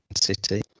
City